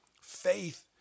Faith